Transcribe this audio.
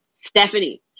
Stephanie